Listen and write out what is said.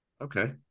Okay